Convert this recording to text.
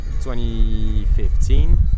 2015